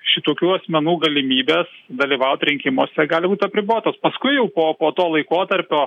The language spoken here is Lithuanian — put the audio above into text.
šitokių asmenų galimybės dalyvaut rinkimuose gali būt apribotos paskui jau po po to laikotarpio